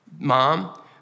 mom